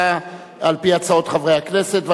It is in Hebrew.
אנחנו ממשיכים בחקיקה על-פי הצעות חברי הכנסת,